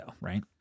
Right